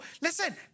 Listen